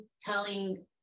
telling